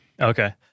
Okay